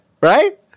right